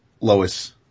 Lois